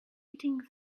eating